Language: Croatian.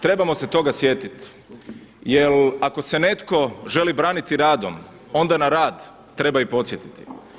Trebamo se toga sjetiti jel ako se netko želi braniti radom onda na rad treba i podsjetiti.